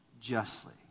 justly